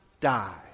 die